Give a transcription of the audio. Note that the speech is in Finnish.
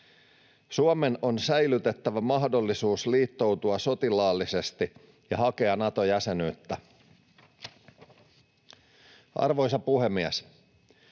Suomen on säilytettävä mahdollisuus liittoutua sotilaallisesti ja hakea Nato-jäsenyyttä. Arvoisa puhemies!